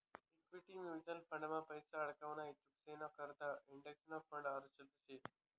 equity mutual फंडमा पैसा आडकवाना इच्छुकेसना करता इंडेक्स फंड आदर्श शे